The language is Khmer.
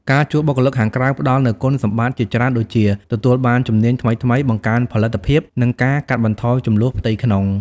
ការជួលបុគ្គលិកខាងក្រៅផ្តល់នូវគុណសម្បត្តិជាច្រើនដូចជា ទទួលបានជំនាញថ្មីៗ បង្កើនផលិតភាព និងការកាត់បន្ថយជម្លោះផ្ទៃក្នុង។